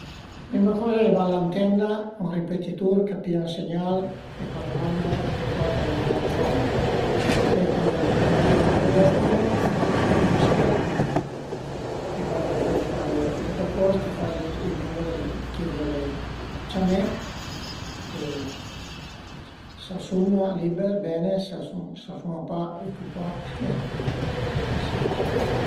Prima coza a i va üna antenna o ën ripetitur ch'a pìa ël segnal e ch'a lu manda, ch'a cuata le varie zone, pöi cuand pìe to telefono, t'lu vische e cuandi vëde ch'al e tüt a post, faze i numer dë chi völe ciamé e s'a sun-a liber bene, s'a sun-a pa o ücüpà pasiensa